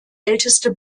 älteste